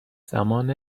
زمان